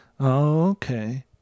okay